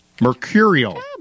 Mercurial